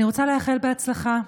אני רוצה לאחל בהצלחה.